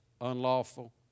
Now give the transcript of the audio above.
unlawful